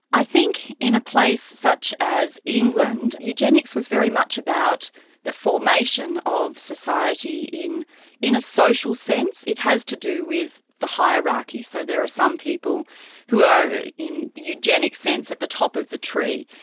i think in a place such as england, eugenics was very much about the formation of society in in a social sense. it has to do with the hierarchy, so there are some people who are in an eugenic sense, at the top of the tree,